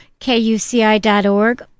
KUCI.org